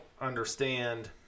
understand